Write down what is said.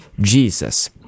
Jesus